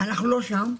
אנחנו לא שם.